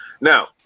Now